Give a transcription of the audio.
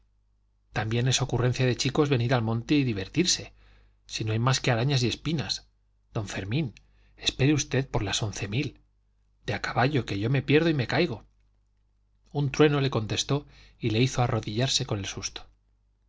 también es ocurrencia de chicos venir al monte a divertirse si no hay más que arañas y espinas don fermín espere usted por las once mil de a caballo que yo me pierdo y me caigo un trueno le contestó y le hizo arrodillarse con el susto